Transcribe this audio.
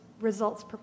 results